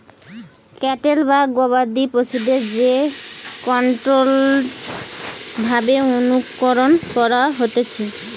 cattle বা গবাদি পশুদের যে কন্ট্রোল্ড ভাবে অনুকরণ করা হতিছে